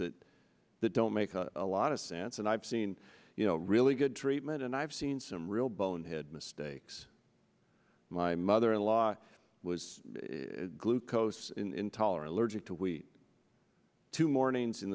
that don't make a lot of sense and i've seen you know really good treatment and i've seen some real bonehead mistakes my mother in law was glucose intolerant allergic to wheat to morning in